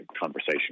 conversation